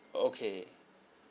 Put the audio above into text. okay